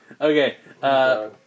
Okay